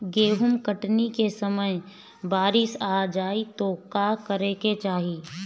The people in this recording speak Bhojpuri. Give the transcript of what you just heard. गेहुँ कटनी के समय बारीस आ जाए तो का करे के चाही?